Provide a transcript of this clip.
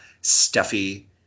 stuffy